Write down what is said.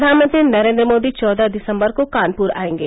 प्रधानमंत्री नरेंद्र मोदी चौदह दिसम्बर को कानपुर आएंगे